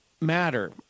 matter